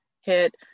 hit